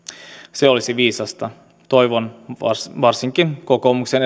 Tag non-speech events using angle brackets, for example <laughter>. se olisi viisasta toivon varsinkin kokoomuksen <unintelligible>